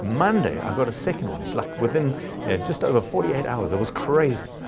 monday, i got a second one, like within just over forty eight hours. it was crazy.